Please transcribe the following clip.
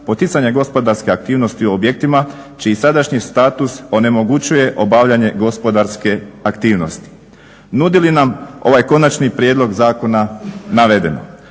poticanja gospodarske aktivnosti u objektima čiji sadašnji status onemogućuje obavljanje gospodarske aktivnosti. Nudi li nam ovaj konačni prijedlog zakona navedeno?